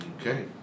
Okay